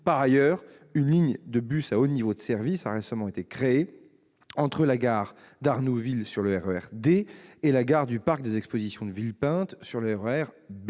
En outre, une ligne de bus à haut niveau de service a récemment été créée entre la gare d'Arnouville, sur le RER D, et la gare du parc des expositions de Villepinte, sur le RER B.